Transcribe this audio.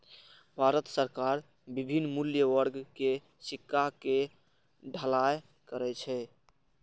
भारत सरकार विभिन्न मूल्य वर्ग के सिक्का के ढलाइ करै छै